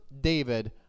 David